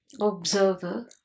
observer